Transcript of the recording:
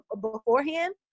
beforehand